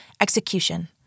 Execution